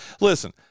listen